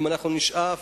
אם נשאף